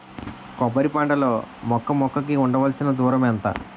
కొబ్బరి పంట లో మొక్క మొక్క కి ఉండవలసిన దూరం ఎంత